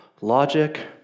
logic